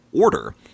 order